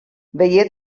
veié